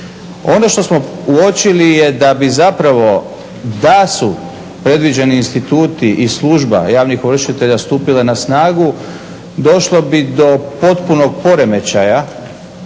Ono što smo uočili je da bi zapravo da su predviđeni instituti i služba javnih ovršitelja stupila na snagu došlo bi do potpunog poremećaja